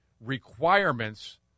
requirements